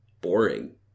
boring